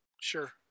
sure